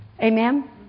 Amen